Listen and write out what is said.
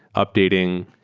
updating,